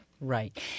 Right